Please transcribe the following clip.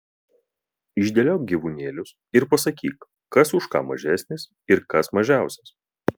išdėliok gyvūnėlius ir pasakyk kas už ką mažesnis ir kas mažiausias